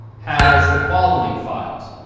has the following files.